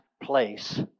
place